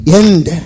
end